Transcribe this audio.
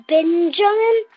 Benjamin